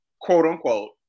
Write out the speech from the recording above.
quote-unquote